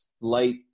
light